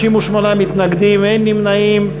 58 מתנגדים, אין נמנעים.